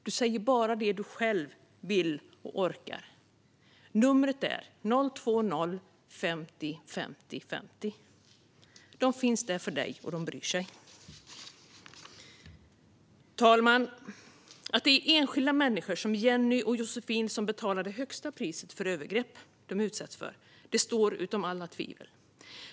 Du säger bara det du själv vill och orkar. Numret är 020-50 50 50. De finns där för dig, och de bryr sig. Fru talman! Att det är enskilda människor som Jenny och Josefin som betalar det högsta priset för övergrepp de är utsatta för står utom alla tvivel.